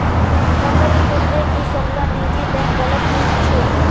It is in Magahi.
नंदिनी कोहले की सब ला निजी बैंक गलत नि होछे